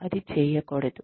అది చేయకూడదు